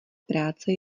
práce